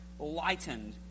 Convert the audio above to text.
Lightened